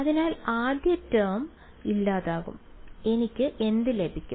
അതിനാൽ ആദ്യ ടേം ഇല്ലാതാകും എനിക്ക് എന്ത് ലഭിക്കും